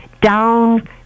down